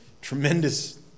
tremendous